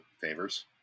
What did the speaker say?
favors